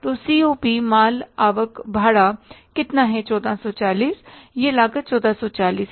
तो सीओपी माल आवक भाड़ा कितना है 1440 यह लागत 1440 है